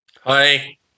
Hi